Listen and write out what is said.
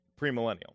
premillennial